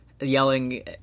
Yelling